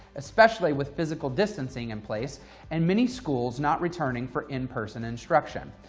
especially with physical distancing in place and many schools not returning for in-person instruction,